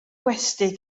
gwesty